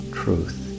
truth